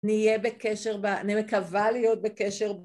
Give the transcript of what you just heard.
נהיה בקשר, ואני מקווה להיות בקשר